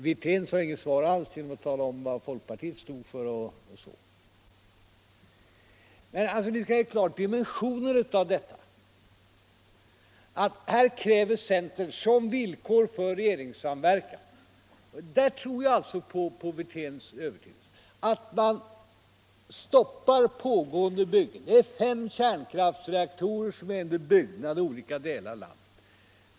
Herr Wirtén kunde inte alls svara på var folkpartiet stod. Det gäller att se dimensionen av det hela. Här kräver centern som villkor för regeringssamverkan — där tror jag alltså på herr Fälldins övertygelse — att man stoppar fem kärnkraftsreaktorer som är under byggnad i olika delar av landet.